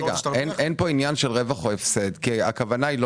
אין פה עניין של רווח או הפסד כי הכוונה לא